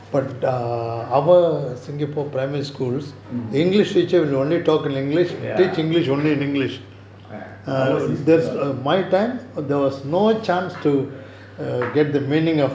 mmhmm ya our's is